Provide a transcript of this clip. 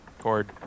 cord